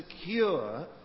secure